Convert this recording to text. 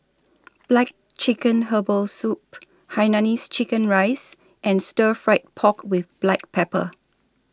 Black Chicken Herbal Soup Hainanese Chicken Rice and Stir Fried Pork with Black Pepper